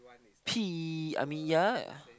P I mean ya